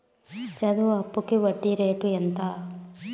చదువు అప్పుకి వడ్డీ రేటు ఎంత?